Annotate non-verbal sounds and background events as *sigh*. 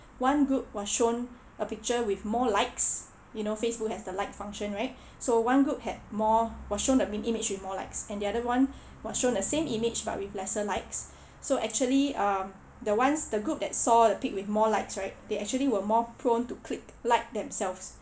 one group was shown *breath* a picture with more likes you know facebook has the like function right *breath* so one group had more was shown the image with more likes and the other one *breath* was shown the same but with lesser likes *breath* so actually um the ones the group that saw the pic with more likes right they actually were more prone to click like themselves